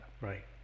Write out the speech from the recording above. right